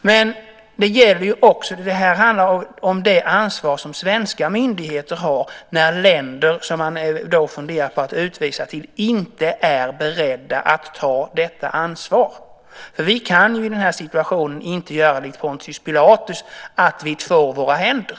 Men det här handlar om det ansvar som svenska myndigheter har när länder som man funderar på att utvisa till inte är beredda att ta detta ansvar. Vi kan i den här situationen inte göra likt Pontius Pilatus, två våra händer.